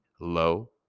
low